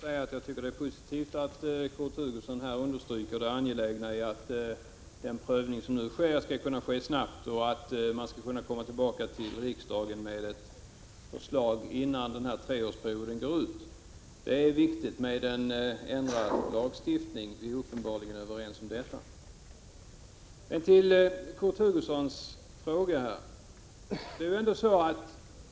Fru talman! Det är positivt att Kurt Hugosson understryker det angelägna i att den prövning som nu sker skall kunna ske snabbt och att regeringen skall kunna komma tillbaka till riksdagen med ett förslag innan denna treårsperiod går ut. Det är viktigt med en ändring av lagstiftningen — det är vi uppenbarligen överens om. Jag skall kommentera Kurt Hugossons fråga.